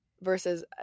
Versus